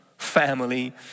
Family